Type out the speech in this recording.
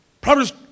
Proverbs